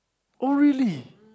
oh really